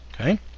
okay